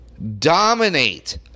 dominate